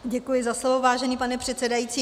Děkuji za slovo, vážený pane předsedající.